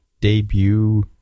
debut